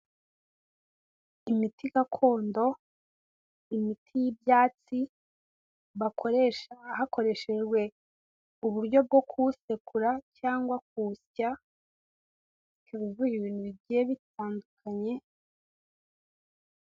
Imiti gakondo imiti y'ibyatsi bakoresha hakoreshejwe uburyo bwo kuwusekura cyangwa kuwusya, ikaba vura ibintu bgiye bitandukanye.